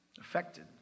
affected